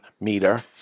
meter